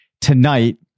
tonight